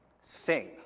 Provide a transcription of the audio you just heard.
sing